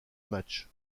matches